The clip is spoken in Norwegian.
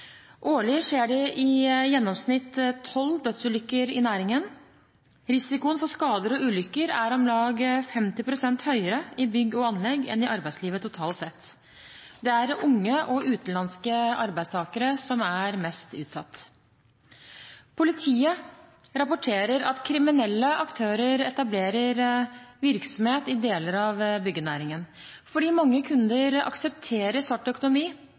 Årlig skjer det i gjennomsnitt tolv dødsulykker i næringen. Risikoen for skader og ulykker er om lag 50 pst. høyere i bygg og anlegg enn i arbeidslivet totalt sett. Det er unge og utenlandske arbeidstakere som er mest utsatt. Politiet rapporterer at kriminelle aktører etablerer virksomhet i deler av byggenæringen. Fordi mange kunder aksepterer svart økonomi,